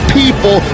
people